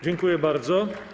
Dziękuję bardzo.